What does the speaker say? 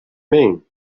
mean